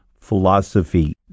philosophy